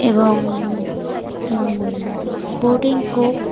এবং স্পোর্টিং কোপ